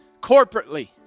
corporately